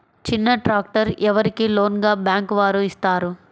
చిన్న ట్రాక్టర్ ఎవరికి లోన్గా బ్యాంక్ వారు ఇస్తారు?